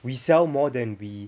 we sell more than we